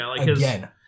again